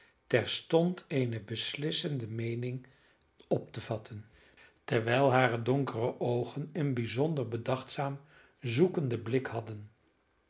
terstond eene beslissende meening op te vatten terwijl hare donkere oogen een bijzonder bedachtzaam zoekenden blik hadden